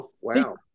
Wow